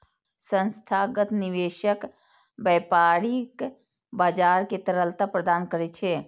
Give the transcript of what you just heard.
संस्थागत निवेशक व्यापारिक बाजार कें तरलता प्रदान करै छै